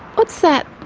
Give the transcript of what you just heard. what's that?